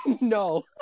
no